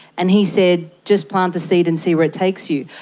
and he said, just plant the seed and see where it takes you.